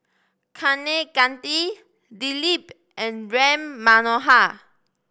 Kaneganti Dilip and Ram Manohar